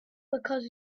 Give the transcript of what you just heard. because